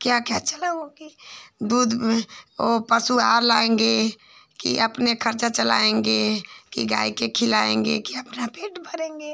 क्या क्या चलाऊँगी दूध में वह पशु आहार लाएँगे कि अपना खर्चा चलाएँगे कि गाय को खिलाएँगे कि अपना पेट भरेंगे